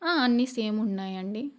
అన్నీ సేమ్ ఉన్నాయండి